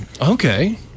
Okay